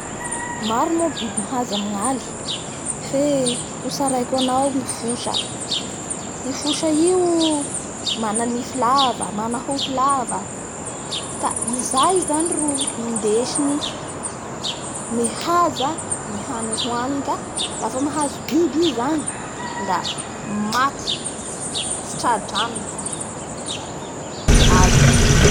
Maro moa ny biby mihaza amin'ny aly fe hotsaraiko anao ny fosa i fosa io mana nify lava mana hoho lava ka izay zany ro indesiny mihaza ny hany ohaniny. Ka lafa mahzo biby i zany la maty tsy tradrano ny biby azony!